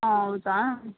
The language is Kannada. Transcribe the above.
ಹೌದಾ